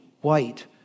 white